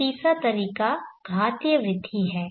एक तीसरा तरीका घातीय वृद्धि है